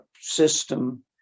system